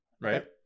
right